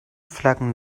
flaggen